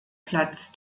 platz